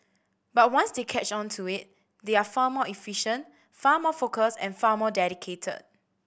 but once they catch on to it they are far more efficient far more focus and far more dedicated